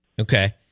Okay